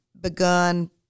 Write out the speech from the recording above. begun